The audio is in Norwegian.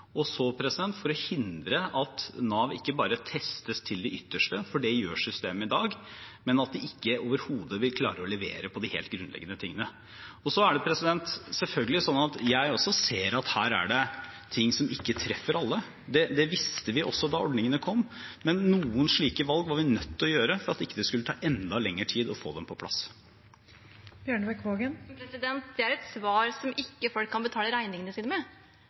og for å hindre ikke bare at Nav testes til det ytterste, for det gjør systemet i dag, men at de ikke overhodet vil klare å levere på de helt grunnleggende tingene. Det er selvfølgelig slik at også jeg ser at det her er ting som ikke treffer alle. Det visste vi også da ordningene kom, men noen slike valg var vi nødt til å gjøre for at det ikke skulle ta enda lengre tid å få dem på plass. Det er et svar folk ikke kan betale regningene sine med.